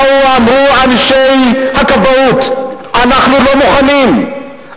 באו ואמרו אנשי הכבאות: אנחנו לא מוכנים,